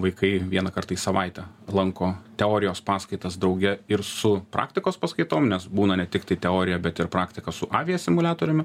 vaikai vieną kartą į savaitę lanko teorijos paskaitas drauge ir su praktikos paskaitom nes būna ne tiktai teorija bet ir praktika su avija simuliatoriumi